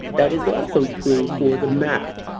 that is also true for the map.